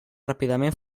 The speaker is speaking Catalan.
ràpidament